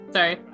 Sorry